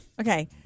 okay